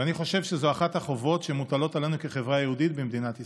ואני חושב שזו אחת החובות שמוטלות עלינו כחברה היהודית במדינת ישראל.